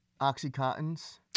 OxyContin's